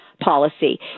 Policy